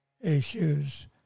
issues